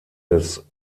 des